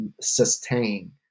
sustain